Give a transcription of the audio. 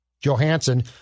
Johansson